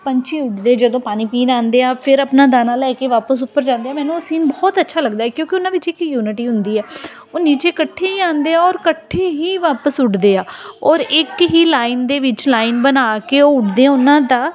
ਪੰਛੀ ਉੱਡਦੇ ਜਦੋਂ ਪਾਣੀ ਪੀਣ ਆਉਂਦੇ ਆ ਫਿਰ ਆਪਣਾ ਦਾਣਾ ਲੈ ਕੇ ਵਾਪਿਸ ਉੱਪਰ ਜਾਂਦੇ ਆ ਮੈਨੂੰ ਉਹ ਸੀਨ ਬਹੁਤ ਅੱਛਾ ਲੱਗਦਾ ਹੈ ਕਿਉਂਕਿ ਉਹਨਾਂ ਵਿੱਚ ਇੱਕ ਯੂਨਿਟੀ ਹੁੰਦੀ ਹੈ ਉਹ ਨੀਚੇ ਇਕੱਠੇ ਹੀ ਆਂਉਦੇ ਆ ਔਰ ਇਕੱਠੇ ਹੀ ਵਾਪਿਸ ਉੱਡਦੇ ਆ ਔਰ ਇੱਕ ਹੀ ਲਾਈਨ ਦੇ ਵਿੱਚ ਲਾਈਨ ਬਣਾ ਕੇ ਉਹ ਉੱਡਦੇ ਉਹਨਾਂ ਦਾ